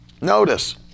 notice